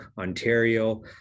Ontario